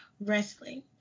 wrestling